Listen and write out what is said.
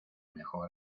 mejor